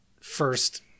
first